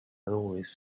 always